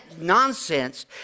nonsense